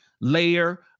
layer